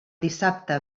dissabte